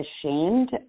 ashamed